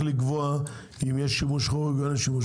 לגבי איך לקבוע אם יש שימוש חורג או אין שימוש חורג.